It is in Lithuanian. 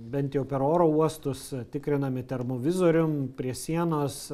bent jau per oro uostus tikrinami termovizorium prie sienos